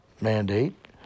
mandate